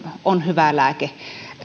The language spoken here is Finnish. on hyvä lääke